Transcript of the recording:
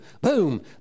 boom